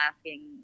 asking